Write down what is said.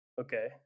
Okay